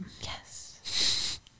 Yes